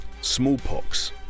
smallpox